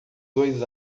dois